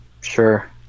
Sure